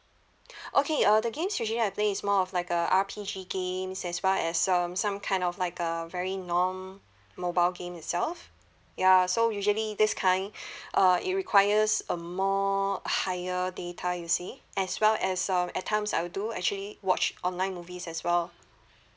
okay uh the games usually I play is more of like a R_P_G games as well as some some kind of like a very norm mobile game itself ya so usually this kind uh it requires a more higher data you see as well as uh at times I will do actually watch online movies as well